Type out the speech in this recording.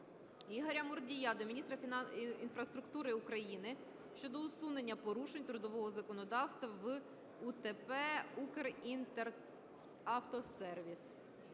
Ігоря Мурдія до міністра інфраструктури України щодо усунення порушень трудового законодавства в УДП "Укрінтеравтосервіс".